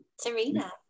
Serena